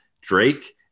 Drake